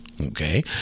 okay